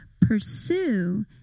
pursue